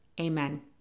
Amen